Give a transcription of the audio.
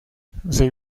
they